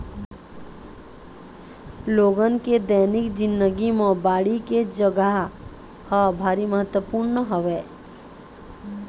लोगन के दैनिक जिनगी म बाड़ी के जघा ह भारी महत्वपूर्न हवय